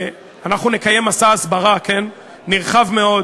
אנחנו נקיים מסע הסברה נרחב מאוד